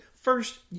First